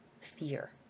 fear